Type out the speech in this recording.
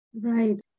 Right